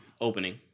opening